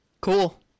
Cool